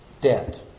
Debt